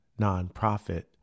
nonprofit